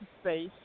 space